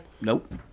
Nope